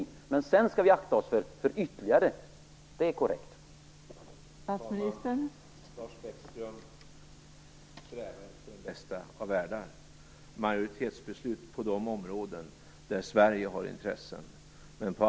Men att vi sedan skall akta oss för ytterligare miniminivåer är korrekt.